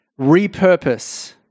repurpose